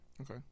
Okay